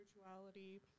spirituality